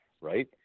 right